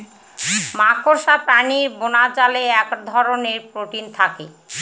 মাকড়সা প্রাণীর বোনাজালে এক ধরনের প্রোটিন থাকে